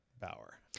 bauer